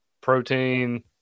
protein